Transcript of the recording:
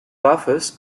buffers